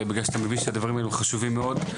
בגלל שאתה מבין שהדברים האלה חשובים מאוד.